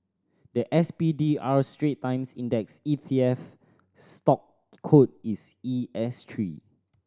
the S P D R Strait Times Index E T F stock code is E S three